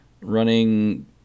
running